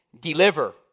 deliver